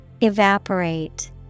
Evaporate